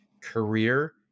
Career